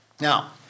Now